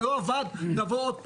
לא עבד, נבוא עוד פעם.